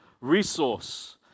resource